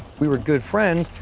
we were good friends,